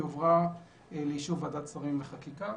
היא הועברה לאישור ועדת שרים לחקיקה.